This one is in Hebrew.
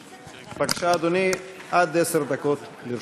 בבקשה, אדוני, עד עשר דקות לרשותך.